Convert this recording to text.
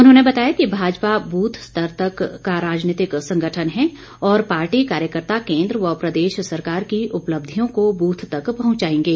उन्होंने बताया कि भाजपा बूथ स्तर का राजनीतिक संगठन है और पार्टी कार्यकर्ता केन्द्र व प्रदेश सरकार की उपलब्धियों को बूथ तक पहुंचाएंगे